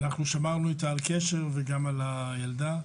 אנחנו שמרנו איתה על קשר וגם עם הילדה.